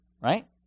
right